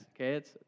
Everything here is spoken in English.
okay